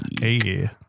hey